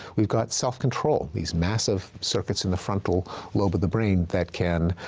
we've got self-control, these massive circuits in the frontal lobe of the brain that can